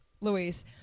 Luis